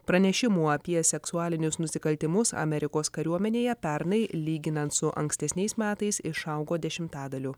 pranešimų apie seksualinius nusikaltimus amerikos kariuomenėje pernai lyginant su ankstesniais metais išaugo dešimtadaliu